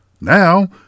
Now